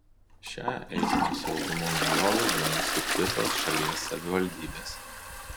šia eismo saugumo naujove domisi ir kitos šalies savivaldybės